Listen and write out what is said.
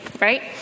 right